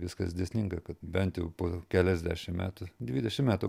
viskas dėsninga kad bent jau po keliasdešimt metų dvidešimt metų